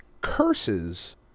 curses